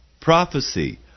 prophecy